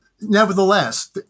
Nevertheless